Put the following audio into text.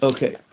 Okay